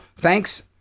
thanks